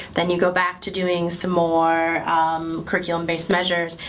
then you go back to doing some more curriculum-based measures.